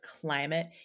climate